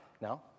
No